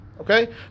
okay